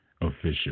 official